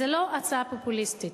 זאת לא הצעה פופוליסטית,